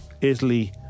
Italy